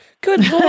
Good